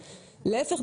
להפך,